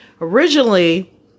Originally